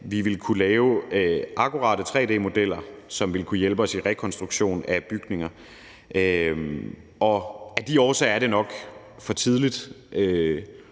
vi ville kunne lave akkurate tre-d-modeller, som ville kunne hjælpe os i rekonstruktionen af bygninger. Af de årsager er det nok endnu for tidligt